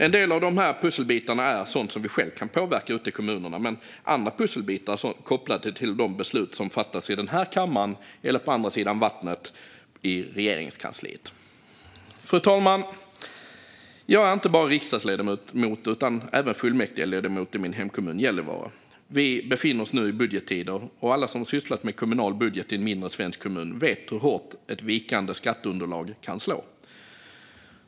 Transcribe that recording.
En del av dessa pusselbitar är sådant vi själva kan påverka ute i kommunerna, medan andra pusselbitar är kopplade till de beslut som fattas i den här kammaren eller på andra sidan vattnet, i Regeringskansliet. Fru talman! Jag är inte bara riksdagsledamot utan även fullmäktigeledamot i min hemkommun Gällivare. Vi befinner oss nu i budgettider, och alla som sysslat med kommunal budget i en mindre svensk kommun vet hur hårt ett vikande skatteunderlag kan slå.